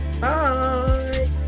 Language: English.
bye